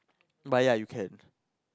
but yeah you can